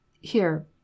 Here